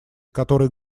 который